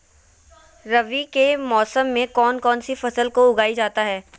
रवि के मौसम में कौन कौन सी फसल को उगाई जाता है?